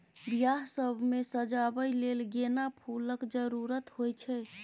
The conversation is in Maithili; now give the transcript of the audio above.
बियाह सब मे सजाबै लेल गेना फुलक जरुरत होइ छै